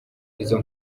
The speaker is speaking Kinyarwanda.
izo